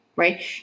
right